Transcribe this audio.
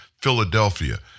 Philadelphia